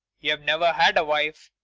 you've never had a wife.